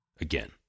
Again